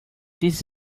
this